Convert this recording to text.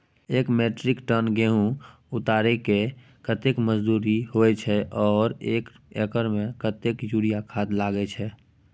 एक metric tonne गेहूं उतारेके कतेक मजदूरी होय छै आर एक एकर में कतेक यूरिया खाद लागे छै?